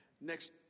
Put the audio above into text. Next